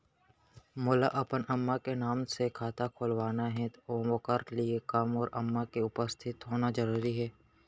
मोला अपन अम्मा के नाम से खाता खोलवाना हे ओखर लिए का मोर अम्मा के उपस्थित होना जरूरी हे?